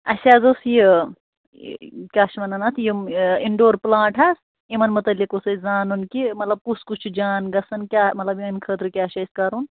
اَسہِ حظ اوس یہِ کیٛاہ چھِ وَنان اَتھ یِم اِن ڈور پُلانٛٹ ہا یِمَن مُتعلِق اوس اَسہِ زانُن کہِ مطلب کُس کُس چھُ جان گژھان کیٛاہ مطلب یِہٕنٛدِ خٲطرٕ کیٛاہ چھُ اَسہِ کَرُن